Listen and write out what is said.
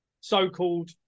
so-called